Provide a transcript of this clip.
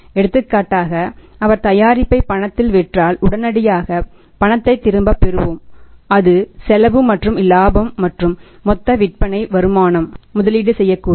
எடுத்துக்காட்டாக அவர் தயாரிப்பை பணத்தில் விற்றால் உடனடியாக பணத்தை திரும்பப் பெறுவோம் அது செலவு மற்றும் இலாபம் மற்றும் மொத்தவிற்பனை வருமானம் முதலீடு செய்யக்கூடியது